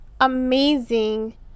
amazing